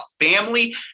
family